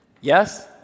Yes